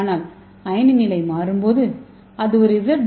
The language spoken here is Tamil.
ஆனால் அயனி நிலை மாறும்போது அது ஒரு இசட் டி